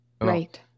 Right